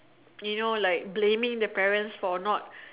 you know like blaming the parents for not